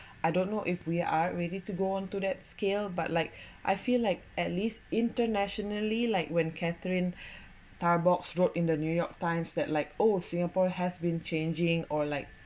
I don't know if we are ready to go on to that scale but like I feel like at least internationally like when Katherine Tarbox wrote in the new york times that like oh singapore has been changing or like